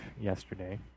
yesterday